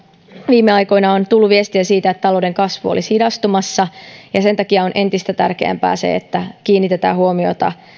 viime aikoina on tullut viestiä siitä että talouden kasvu olisi hidastumassa sen takia on entistä tärkeämpää se että kiinnitetään huomiota